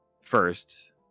first